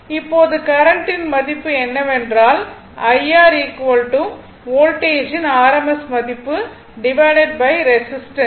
இப்போது கரண்ட்டின் rms மதிப்பு என்னவென்றால் IR வோல்டேஜின் rms மதிப்பு ரேசிஸ்டன்ஸ்